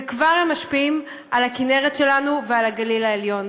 וכבר הם משפיעים על הכינרת שלנו ועל הגליל העליון.